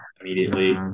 immediately